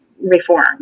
reform